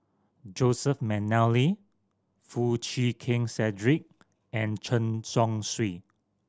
Joseph McNally Foo Chee Keng Cedric and Chen Chong Swee